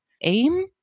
aim